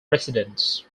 residents